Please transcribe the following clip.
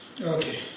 Okay